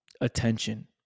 attention